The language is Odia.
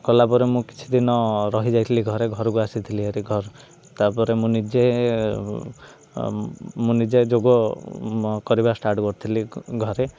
ଗଲାପରେ ମୁଁ କିଛି ଦିନ ରହିଯାଇଥିଲି ଘରେ ଘରକୁ ଆସିଥିଲି ହେରି ଘର ତାପରେ ମୁଁ ନିଜେ ମୁଁ ନିଜେ ଯୋଗ କରିବା ଷ୍ଟାର୍ଟ କରିଥିଲି ଘରେ